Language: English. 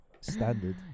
Standard